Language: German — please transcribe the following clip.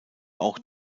auch